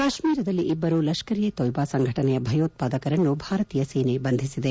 ಕಾಶ್ಮೀರದಲ್ಲಿ ಇಬ್ಬರು ಲಷ್ಕರ್ ಎ ತೊಯ್ಬಾ ಸಂಘಟನೆಯ ಭಯೋತ್ಪಾದಕರನ್ನು ಭಾರತೀಯ ಸೇನೆ ಬಂಧಿಸಿದೆ